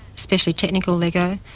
especially technical lego,